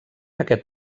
aquest